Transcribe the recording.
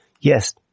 yes